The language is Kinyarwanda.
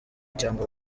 cyangwa